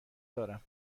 دارم